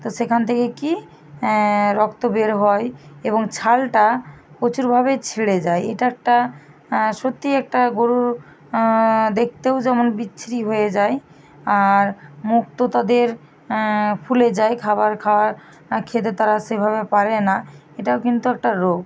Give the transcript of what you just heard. তো সেখান থেকে কী রক্ত বের হয় এবং ছালটা প্রচুরভাবেই ছিঁড়ে যায় এটা একটা সত্যি একটা গরুর দেখতেও যেমন বিচ্ছিরি হয়ে যায় আর মুখ তো তাদের ফুলে যায় খাবার খাওয়ার খেতে তারা সেভাবে পারে না এটাও কিন্তু একটা রোগ